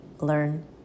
learn